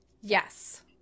Yes